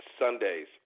Sunday's